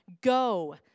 go